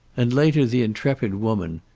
and later the intrepid woman,